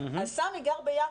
אז סמי גר ביפו,